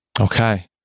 Okay